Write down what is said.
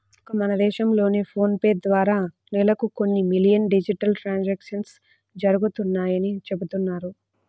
ఒక్క మన దేశంలోనే ఫోన్ పే ద్వారా నెలకు కొన్ని మిలియన్ల డిజిటల్ ట్రాన్సాక్షన్స్ జరుగుతున్నాయని చెబుతున్నారు